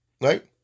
right